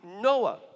Noah